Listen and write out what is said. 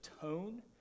tone